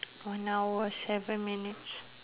one hour seven minutes